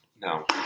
No